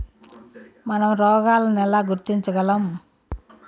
మనం రోగాలను ఎలా గుర్తించగలం?